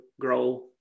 grow